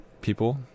people